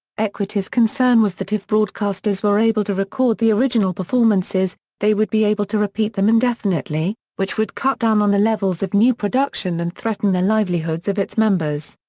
equity's concern was that if broadcasters were able to record the original performances, they would be able to repeat them indefinitely, which would cut down on the levels of new production and threaten the livelihoods of its members.